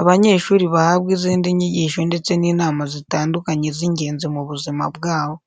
abanyeshuri bahabwa izindi nyigisho ndetse n'inama zitandukanye z'ingenzi mu buzima bwabo.